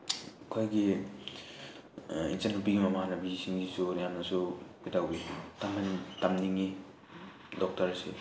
ꯑꯩꯈꯣꯏꯒꯤ ꯏꯆꯟꯅꯨꯄꯤꯒꯤ ꯃꯃꯥꯟꯅꯕꯤꯁꯤꯡꯁꯤꯁꯨ ꯌꯥꯝꯅꯁꯨ ꯀꯩꯗꯧꯋꯤ ꯇꯝꯅꯤꯡꯉꯤ ꯗꯣꯛꯇꯔꯁꯦ